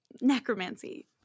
Necromancy